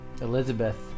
Elizabeth